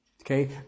Okay